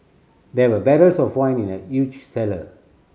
there were barrels of wine in the huge cellar